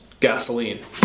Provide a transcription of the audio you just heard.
gasoline